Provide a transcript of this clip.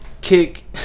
kick